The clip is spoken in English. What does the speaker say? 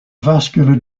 vascular